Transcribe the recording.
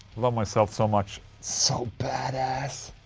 love myself so much so badass